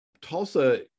tulsa